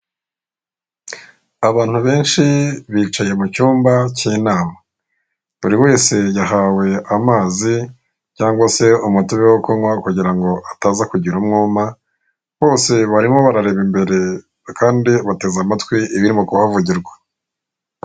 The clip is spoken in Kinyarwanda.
Abantu benshi bicaye mu cyumba cy'inama. Buri wese yahawe amazi cyangwa se umutobe wo kunywa, kugira ngo ataza kugira umwuma, bose barimo barareba imbere, kandi bateze amatwi ibirimo kuhavugirwa.